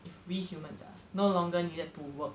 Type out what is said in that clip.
if we humans are no longer needed to work